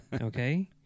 Okay